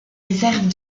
réserves